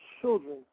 children